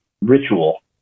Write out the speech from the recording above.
ritual